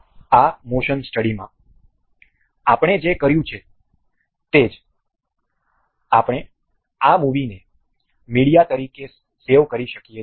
આ મોશન સ્ટડીમાં આપણે જે કર્યું છે તે જ આપણે આ મૂવીને મીડિયા તરીકે સેવ કરી શકીએ છીએ